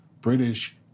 British